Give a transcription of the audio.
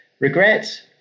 Regrets